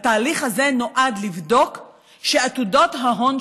נקרא התהליך של